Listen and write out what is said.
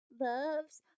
loves